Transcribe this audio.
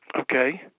okay